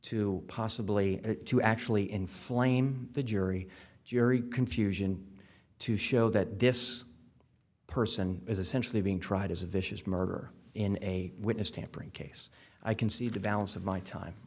to possibly to actually inflame the jury jury confusion to show that this person is essentially being tried as a vicious murder in a witness tampering case i can see the balance of my time